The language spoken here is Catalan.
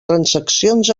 transaccions